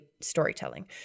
storytelling